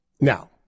Now